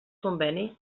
conveni